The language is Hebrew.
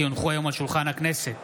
כי הונחו היום על שולחן הכנסת,